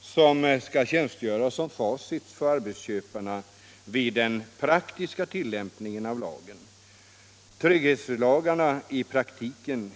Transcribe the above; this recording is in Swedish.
som skall tjänstgöra som facit för arbetsköparna vid den praktiska tilläimpningen av lagen, Trygghetslagarna i praktiken.